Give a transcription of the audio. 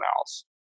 else